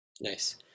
Nice